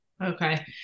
Okay